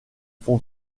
font